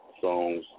songs